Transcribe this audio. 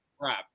crap